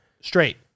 Straight